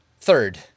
Third